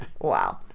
Wow